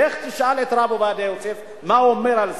לך תשאל את הרב עובדיה יוסף מה הוא אומר על זה,